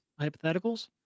hypotheticals